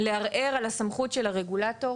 לערער על הסמכות של הרגולטור.